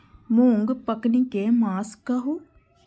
मूँग पकनी के मास कहू?